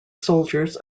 soldiers